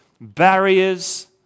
barriers